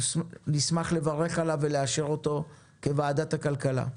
נשמח לברך עליו ולאשר אותו בוועדת הכלכלה.